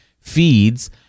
feeds